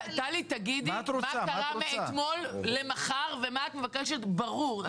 טלי תגידי מה קרה מאתמול למחר ומה את מבקשת ברור.